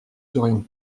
serions